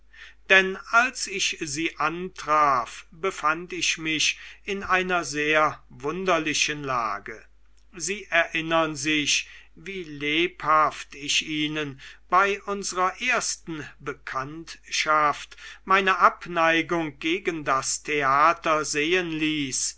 denn als ich sie antraf befand ich mich in einer sehr wunderlichen lage sie erinnern sich wie lebhaft ich ihnen bei unsrer ersten bekanntschaft meine abneigung gegen das theater sehen ließ